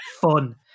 fun